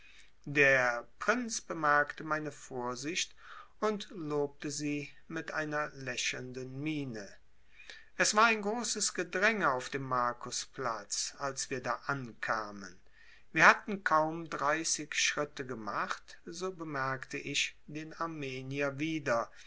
der prinz bemerkte meine vorsicht und lobte sie mit einer lächelnden miene es war ein großes gedränge auf dem markusplatz als wir da ankamen wir hatten kaum dreißig schritte gemacht so bemerkte ich den armenier wieder